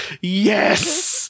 Yes